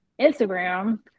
Instagram